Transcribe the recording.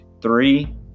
three